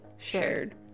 Shared